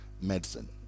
medicine